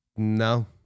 No